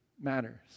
matters